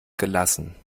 gelassen